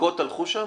מכות הלכו שם?